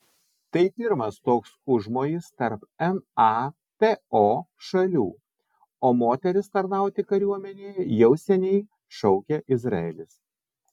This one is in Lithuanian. tai pirmas toks užmojis tarp nato šalių o moteris tarnauti kariuomenėje jau seniai šaukia izraelis